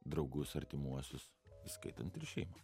draugus artimuosius įskaitant ir šeimą